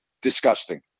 disgusting